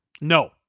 No